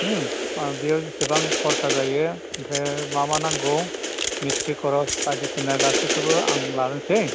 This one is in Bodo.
हु अह बेयाव जेसेबां खरसा जायो ओमफ्राय मा मा नांगौ मिस्थ्रि खरस बायदिसिना गासिखौबो आं लानोसै